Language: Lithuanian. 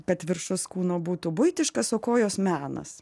kad viršus kūno būtų buitiškas o kojos menas